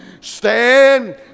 stand